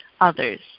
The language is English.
others